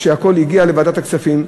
כשהכול הגיע לוועדת הכספים,